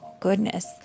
Goodness